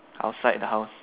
outside the house